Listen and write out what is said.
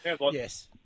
Yes